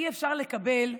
אי-אפשר לקבל,